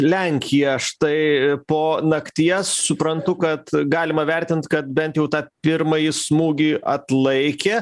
lenkija štai po nakties suprantu kad galima vertint kad bent jau tą pirmąjį smūgį atlaikė